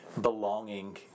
belonging